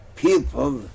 people